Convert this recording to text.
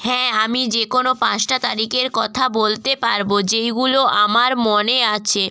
হ্যাঁ আমি যে কোনো পাঁচটা তারিকের কথা বলতে পারবো যেইগুলো আমার মনে আছে